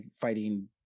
fighting